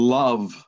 love